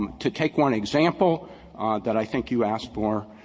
um to take one example that i think you asked for,